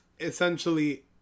essentially